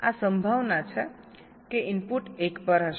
આ સંભાવના છે કે ઇનપુટ 1 પર હશે